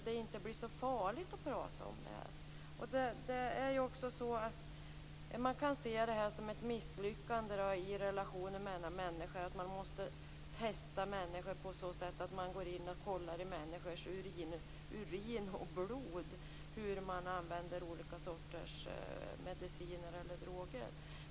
Det blir då inte så farligt att prata om denna fråga. Att testa människor, kontrollera urin och blod, för att undersöka användandet av mediciner och droger kan ses som ett misslyckande i relationer mellan människor.